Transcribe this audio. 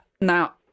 Now